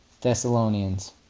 Thessalonians